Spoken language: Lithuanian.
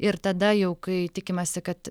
ir tada jau kai tikimasi kad